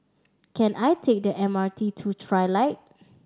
can I take the M R T to Trilight